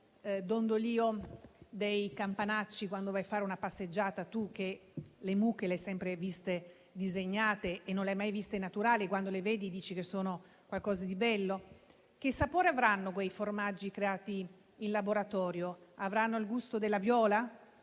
dondolio dei campanacci? Chi va a fare una passeggiata e vede le mucche, avendole sempre viste disegnate e mai naturali, quando le vede dice che sono qualcosa di bello? Che sapore avranno quei formaggi creati in laboratorio? Avranno il gusto della viola,